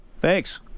Thanks